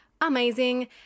amazing